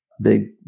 big